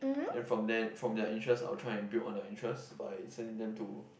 and from then from their interests I would try and build all their interests by sending them to